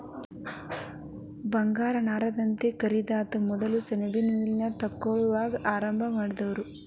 ಬಂಗಾರದ ನಾರಂತ ಕರಿತಾರ ಮೊದಲ ಸೆಣಬಿನ್ ಮಿಲ್ ನ ಕೊಲ್ಕತ್ತಾದಾಗ ಆರಂಭಾ ಮಾಡಿದರು